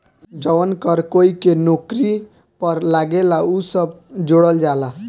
जवन कर कोई के नौकरी पर लागेला उ सब जोड़ल जाला